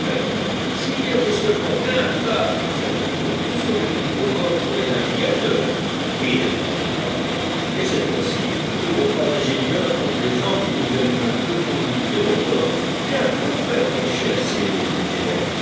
s'il y avait seulement un phare sur cette côte ce serait plus commode pour les navigateurs oui répondit harbert et cette fois-ci nous n'aurons pas d'ingénieur complaisant qui nous allume un feu pour nous guider au port tiens au fait mon cher cyrus dit